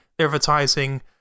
advertising